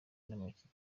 n’amakipe